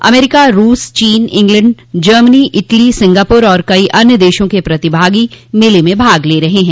अमरीका रूस चीन England Germany Italy Singapore और कई अन्य देशों के प्रतिभागी मेले में भाग ले रहे हैं